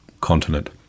continent